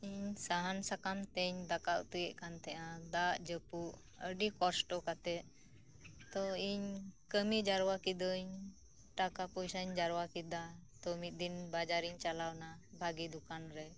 ᱤᱧ ᱥᱟᱦᱟᱱ ᱥᱟᱠᱟᱢ ᱛᱤᱧ ᱫᱟᱠᱟ ᱩᱛᱩᱭᱮᱫ ᱠᱟᱱ ᱛᱟᱦᱮᱱᱟ ᱫᱚᱜ ᱡᱟᱹᱯᱩᱫ ᱟᱹᱰᱤ ᱠᱚᱥᱴᱚ ᱠᱟᱛᱮ ᱛᱚ ᱤᱧ ᱠᱟᱹᱢᱤ ᱡᱟᱣᱨᱟ ᱠᱤᱫᱟᱹᱧ ᱴᱟᱠᱟ ᱯᱚᱭᱥᱟᱧ ᱡᱟᱣᱨᱟ ᱠᱮᱫᱟ ᱛᱚ ᱢᱤᱫ ᱫᱤᱱ ᱵᱟᱡᱟᱨᱮᱧ ᱪᱟᱞᱟᱣ ᱮᱱᱟ ᱵᱷᱟᱜᱮ ᱫᱚᱠᱟᱱ ᱨᱮ